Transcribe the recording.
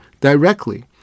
directly